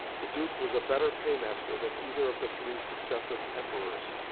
the duke was a better paymaster than either of the three successive emperors.